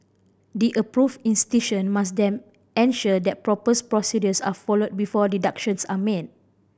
the approved institution must then ensure that proper procedures are followed before deductions are made